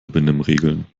benimmregeln